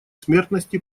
смертности